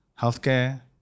healthcare